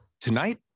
Tonight